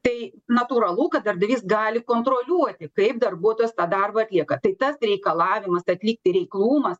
tai natūralu kad darbdavys gali kontroliuoti kaip darbuotojas tą darbą atlieka tai tas reikalavimas atlikti reiklumas